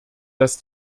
dass